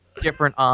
Different